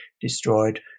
destroyed